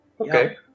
Okay